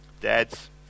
Dads